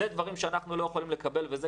אלה דברים שאנחנו לא יכולים לקבל ואלה